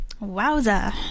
Wowza